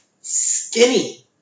skinny